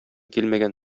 килмәгән